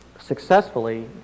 successfully